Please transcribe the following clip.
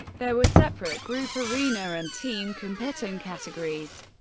there were separate group arena and team competition categories.